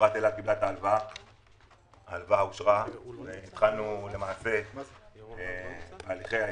חברת אל על קבלה את ההלוואה והתחלנו את הליכי ההסכם.